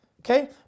Okay